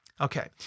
Okay